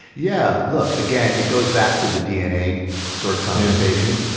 yeah, look, again it goes back to the dna sort of conversation.